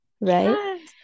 Right